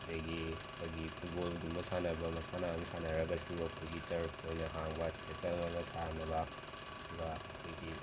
ꯑꯗꯒꯤ ꯑꯩꯈꯣꯏꯒꯤ ꯐꯨꯠꯕꯣꯜꯒꯨꯝꯕ ꯁꯥꯟꯅꯕ ꯃꯁꯥꯟꯅ ꯑꯃ ꯁꯥꯟꯅꯔꯒꯁꯨ ꯑꯩꯈꯣꯏꯒꯤ ꯇꯔꯐ ꯑꯣꯏꯅ ꯍꯥꯡꯕ ꯑꯁꯤꯗ ꯆꯠꯂꯒ ꯁꯥꯟꯅꯕ ꯑꯗꯨꯒ ꯑꯩꯈꯣꯏꯒꯤ